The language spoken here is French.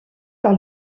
par